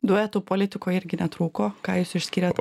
duetų politikoj irgi netrūko ką jūs išskiriat